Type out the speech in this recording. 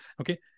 okay